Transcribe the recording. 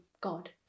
god